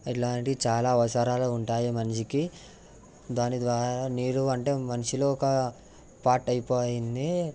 ఇలాంటి చాలా అవసరాలు ఉంటాయి మనిషికి దాని ద్వారా నీరు అంటే మనిషిలో ఒక పార్ట్ అయిపోయింది